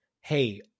hey